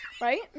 Right